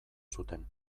zuten